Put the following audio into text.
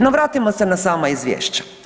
No vratimo se na sama izvješća.